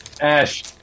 Ash